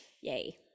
Yay